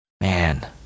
man